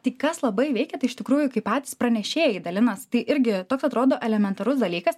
tai kas labai veikia tai iš tikrųjų kai patys pranešėjai dalinas tai irgi toks atrodo elementarus dalykas